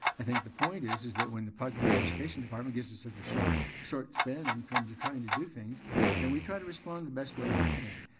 i think the point is is that when the public education department gives us such a short short span in terms of trying to do things then we try to respond the best way we can.